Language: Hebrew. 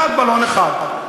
רק בלון אחד,